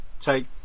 take